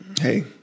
Hey